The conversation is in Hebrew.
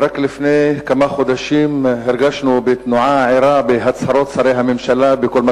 רק לפני כמה חודשים הרגשנו בתנועה ערה בהצהרות שרי הממשלה בכל מה